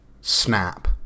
Snap